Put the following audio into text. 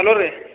hello ರೀ